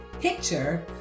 picture